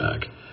back